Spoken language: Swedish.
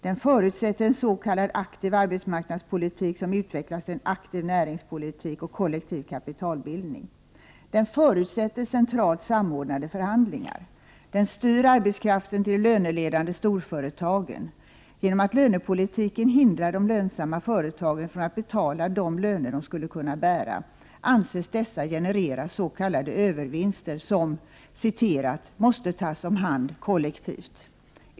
Den förutsätter en aktiv arbetsmarknadspolitik som utvecklas till en aktiv näringspolitik och kollektiv kapitalbildning. Den förutsätter centralt samordnade förhandlingar. Den styr arbetskraften till de löneledande storföretagen. Genom att lönepolitiken hindrar de lönsamma företagen från att betala de löner de skulle kunna bära, anses dessa generera s.k. övervinster som måste ”tas om hand” kollektivt.